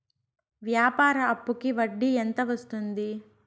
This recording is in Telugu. వ్యాపార అప్పుకి వడ్డీ ఎంత వస్తుంది?